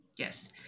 Yes